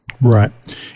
Right